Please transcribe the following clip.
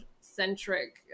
centric